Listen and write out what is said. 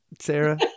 Sarah